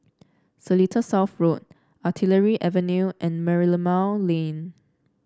Seletar South Road Artillery Avenue and Merlimau Lane